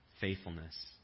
faithfulness